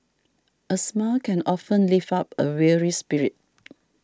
a smile can often lift up a weary spirit